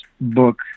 book